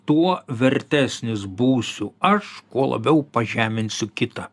tuo vertesnis būsiu aš kuo labiau pažeminsiu kitą